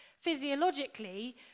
physiologically